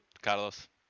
Carlos